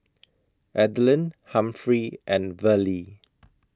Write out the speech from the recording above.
Adelyn Humphrey and Verlie